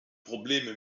probleme